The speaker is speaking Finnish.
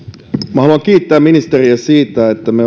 minä haluan kiittää ministeriä siitä että me olemme tällä